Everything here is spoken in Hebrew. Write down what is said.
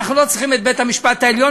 אנחנו לא צריכים את בית-המשפט העליון,